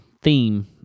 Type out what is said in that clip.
theme